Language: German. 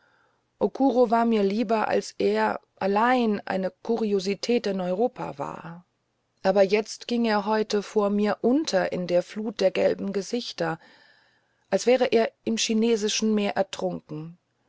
war mir lieber als er allein eine kuriosität in europa war aber jetzt ging er heute vor mir unter in der flut der gelben gesichter als wäre er im chinesischen meer ertrunken